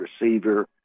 receiver